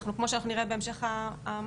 כמו שאנחנו נראה בהמשך המצגת,